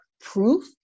proof